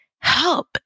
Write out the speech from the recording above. Help